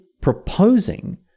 proposing